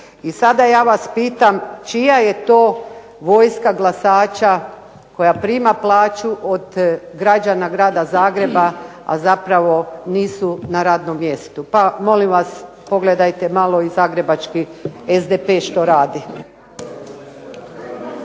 I sada ja vas pitam čija je to vojska glasača koja prima plaću od građana Grada Zagreba, a zapravo nisu na radnom mjestu pa molim vas pogledajte malo i zagrebački SDP što radi.